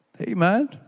Amen